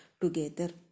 together